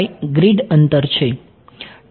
તેથી ગ્રીડ અંતર છે